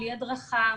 בלי הדרכה,